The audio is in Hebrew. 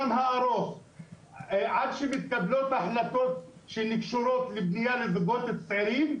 עד שמתקבלות החלטות שמאפשרות בנייה לזוגות צעירים,